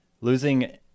Losing